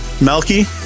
Melky